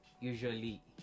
usually